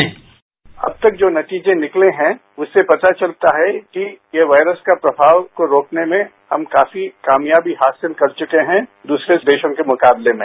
bite अब तक जो नतीजे निकले है उससे पता चलता है कि यह वायरस का प्रभाव को रोकने में हम काफी कामयाबी हासिल कर चुके हैं दूसरे देशों के मुकाबले में